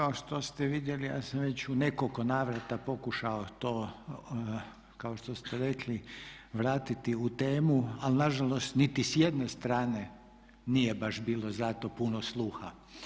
Kao što ste vidjeli, ja sam već u nekoliko navrata pokušao to kao što ste rekli vratiti u temu ali nažalost niti s jedne strane nije baš bilo za to puno sluha.